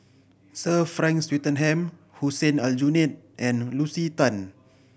Sir Frank Swettenham Hussein Aljunied and Lucy Tan